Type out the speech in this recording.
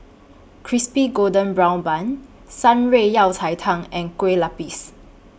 Crispy Golden Brown Bun Shan Rui Yao Cai Tang and Kueh Lapis